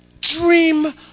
Dream